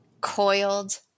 coiled